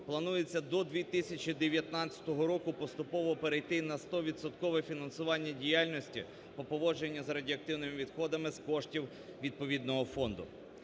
планується до 2019 року поступово перейти на стовідсоткове фінансування діяльності по поводженню з радіоактивними відходами з коштів відповідного фонду.